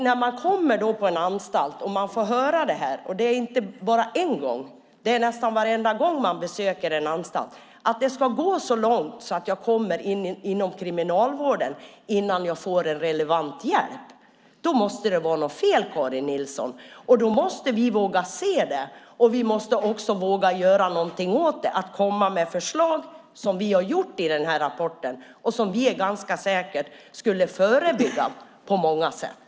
När man kommer till en anstalt och får höra - och det är inte bara en gång, utan det är nästan varenda gång man besöker en anstalt - att det ska gå så långt att människor kommer in i kriminalvården innan de får relevant hjälp måste det vara något fel, Karin Nilsson. Vi måste våga se det, och vi måste också våga göra någonting åt det. Vi måste komma med förslag, som vi har gjort i denna rapport och som vi är ganska säkra på skulle förebygga på många sätt.